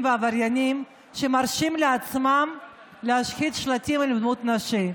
והעבריינים שמרשים לעצמם להשחית שלטים עם דמות נשית.